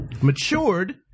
matured